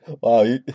Wow